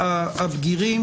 נושא הבגירים.